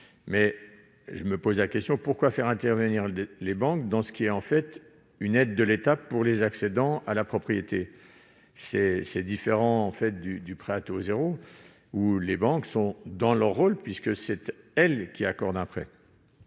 supplémentaires. En outre, pourquoi faire intervenir les banques dans ce qui est en fait une aide de l'État pour les accédants à la propriété ? Les choses sont différentes pour le prêt à taux zéro : les banques sont dans leur rôle, puisque ce sont elles qui accordent un prêt.